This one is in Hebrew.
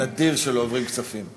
נדיר שלא עוברים כספים למטרות.